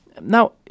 Now